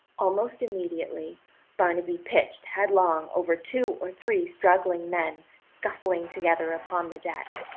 almost immediately barnaby pitched headlong over two or three struggling men scuffling together upon the deck,